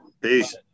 Peace